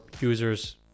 users